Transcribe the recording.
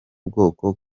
bwoko